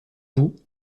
vous